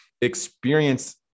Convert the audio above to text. experience